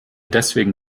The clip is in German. deswegen